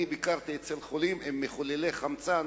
אני ביקרתי אצל חולים עם מחוללי חמצן,